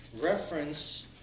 reference